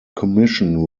commission